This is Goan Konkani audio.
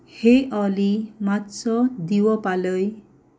हे ऑली मात्सो दिवो पालय